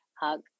hug